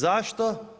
Zašto?